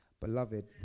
Beloved